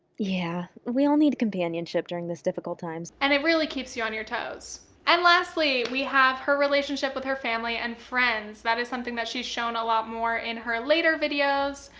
yeah. we all need companionship during this difficult time. and it really keeps you on your toes! and lastly, we have her relationship with her family and friends. that is something that she's shown a lot more in her later videos.